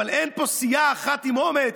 אבל אין פה סיעה אחת עם אומץ,